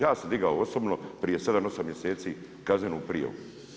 Ja sam digao osobno prije 7, 8 mjeseci kaznenu prijavu.